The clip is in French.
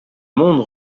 monde